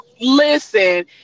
Listen